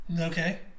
Okay